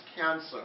cancer